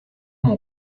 mon